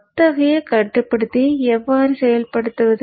அத்தகைய கட்டுப்படுத்தியை எவ்வாறு செயல்படுத்துவது